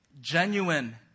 Genuine